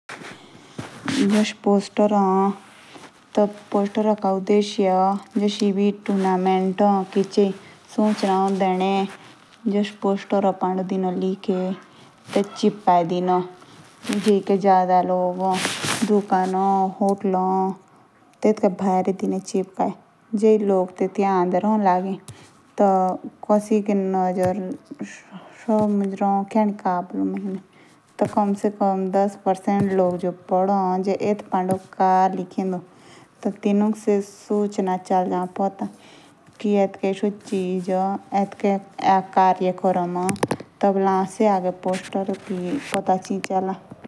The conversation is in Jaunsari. जस पोस्टर ए टी पोस्टर का उद्देश्या या मतलब ए। जूस किची सुचना ए डेनी टी चिपकाये देदो कोकी। कि जस किचि सुचना या प्रचार अला क्रना। टी टेटुक पोस्टर पांडे लिखे कारी या चापे कारी कासी चौक पे या दीवार पांडे देदे छिपाकै। ताकि पोस्टर लोगु देखुले।